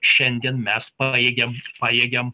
šiandien mes pajėgiam pajėgiam